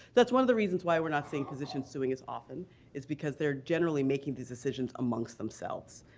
that's one of the reasons why we're not seeing physicians suing as often is because they're generally making these decisions amongst themselves,